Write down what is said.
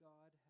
God